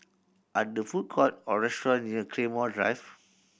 are the food court or restaurant near Claymore Drive